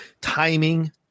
timing